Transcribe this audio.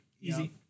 easy